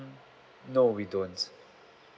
no we don't